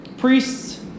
priests